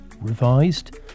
revised